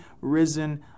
risen